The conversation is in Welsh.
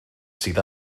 sydd